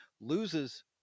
loses